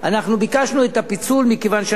אנחנו ביקשנו את הפיצול מכיוון שאנחנו